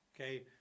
Okay